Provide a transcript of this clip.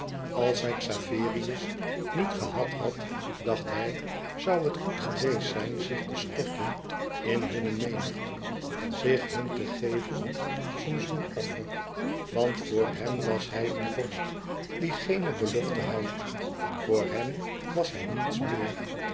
als hij xaverius niet gehad had dacht hij zoû het goed geweest zijn zich te storten in hunne menigte zich hun te geven als een zoenoffer want voor hen was hij een vorst die geene beloften houdt voor hen was hij niets meer